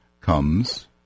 comes